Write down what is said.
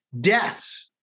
deaths